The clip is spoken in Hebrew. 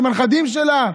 עם הנכדים שלה.